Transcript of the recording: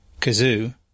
Kazoo